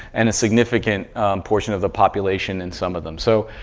and a significant portion of the population in some of them. so,